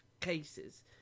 cases